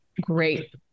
great